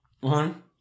one